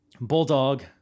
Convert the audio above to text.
Bulldog